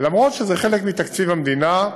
למרות שזה חלק מתקציב המדינה,